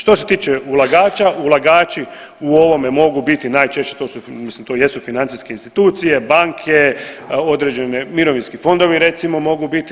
Što se tiče ulagača, ulagači u ovome mogu biti najčešće, mislim to jesu financijske institucije, banke, određeni mirovinski fondovi recimo mogu biti.